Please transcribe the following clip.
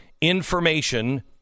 information